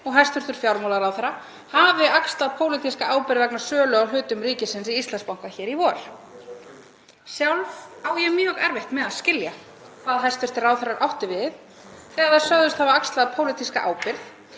og hæstv. fjármálaráðherra hafi axlað pólitíska ábyrgð vegna sölu á hlutum ríkisins í Íslandsbanka í vor. Sjálf á ég mjög erfitt með að skilja hvað hæstv. ráðherrar áttu við þegar þeir sögðust hafa axlað pólitíska ábyrgð.